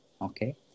Okay